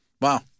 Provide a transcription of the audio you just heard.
Wow